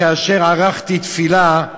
כאשר ערכתי תפילה,